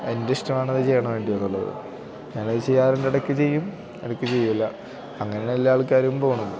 എൻറ്റിഷ്ടമാണത് ചെയ്യണോ വേണ്ടയോയെന്നുള്ളത് ഞാനത് ചെയ്യാറുണ്ട് ഇടയ്ക്ക് ചെയ്യും ഇടക്ക് ചെയ്യില്ല അങ്ങനെയാണെല്ലാ ആൾക്കാരും പോകുന്നത്